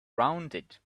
rounded